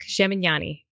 Gemignani